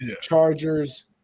Chargers